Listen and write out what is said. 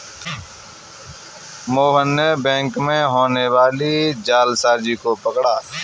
मोहन ने बैंक में होने वाली जालसाजी को पकड़ा